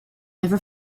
never